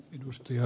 edustaja